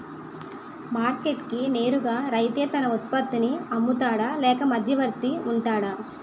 Market కి నేరుగా రైతే తన ఉత్పత్తి నీ అమ్ముతాడ లేక మధ్యవర్తి వుంటాడా?